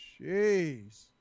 Jeez